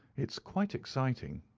it's quite exciting,